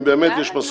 אם באמת יש משא ומתן,